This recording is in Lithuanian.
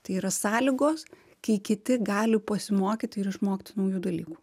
tai yra sąlygos kai kiti gali pasimokyti ir išmokti naujų dalykų